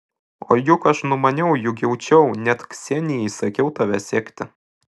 o juk aš numaniau juk jaučiau net ksenijai įsakiau tave sekti